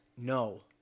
no